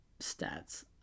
stats